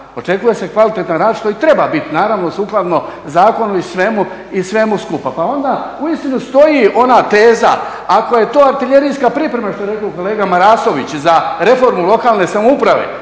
očekuje se kvalitetan rad što i treba biti naravno sukladno zakonu i svemu skupa. Pa onda uistinu stoji ona teza ako je to artiljerijska priprema što je rekao kolega Marasović za reformu lokalne samouprave